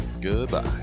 Goodbye